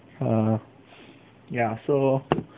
err ya so